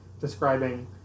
describing